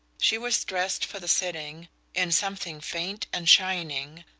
she was dressed for the sitting in something faint and shining,